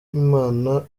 w’imana